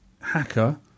hacker